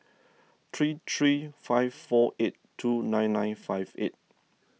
three three five four eight two nine nine five eight